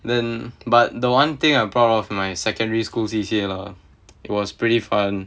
then but the one thing I'm proud of my secondary school C_C_A lah it was pretty fun